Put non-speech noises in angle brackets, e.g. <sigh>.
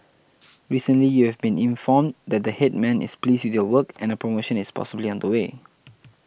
<noise> recently you have been informed that the Headman is pleased with your work and a promotion is possibly on the way